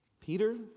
Peter